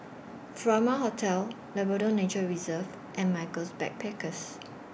Furama Hotel Labrador Nature Reserve and Michaels Backpackers